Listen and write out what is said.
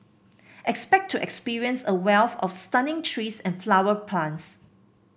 expect to experience a wealth of stunning trees and flower plants